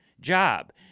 job